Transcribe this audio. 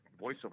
voiceover